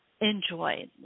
enjoy